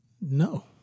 no